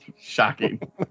Shocking